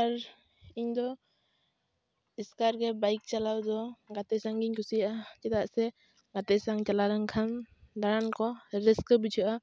ᱟᱨ ᱤᱧ ᱫᱚ ᱤᱥᱠᱟᱨ ᱜᱮ ᱵᱟᱭᱤᱠ ᱪᱟᱞᱟᱣ ᱫᱚ ᱜᱟᱛᱮ ᱥᱟᱶ ᱜᱤᱧ ᱠᱩᱥᱤᱭᱟᱜᱼᱟ ᱪᱮᱫᱟᱜ ᱥᱮ ᱜᱟᱛᱮ ᱥᱟᱶ ᱪᱟᱞᱟᱣ ᱞᱮᱱᱠᱷᱟᱱ ᱫᱟᱬᱟᱱ ᱠᱚ ᱨᱟᱹᱥᱠᱟᱹ ᱵᱩᱡᱷᱟᱹᱜᱼᱟ